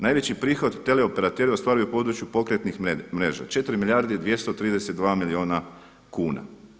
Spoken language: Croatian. Najveći prihod tele operateri ostvaruju u području pokretnih mreža 4 milijarde i 232 milijuna kunja.